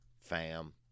fam